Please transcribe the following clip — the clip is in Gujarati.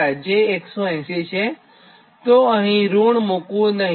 તો અહીં ઋણ મુકવું નહીં